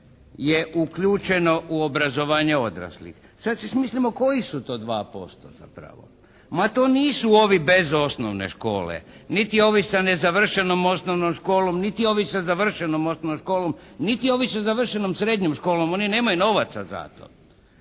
je uključeno u obrazovanje odraslih. Sad si mislimo koji su to 2% zapravo? Ma to nisu ovi bez osnovne škole, niti ovi sa nezavršenom osnovnom školom niti ovi sa završenom osnovnom školom, niti ovi sa završenom srednjom školom. Oni nemaju novaca za to.